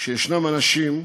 שיש אנשים,